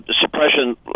suppression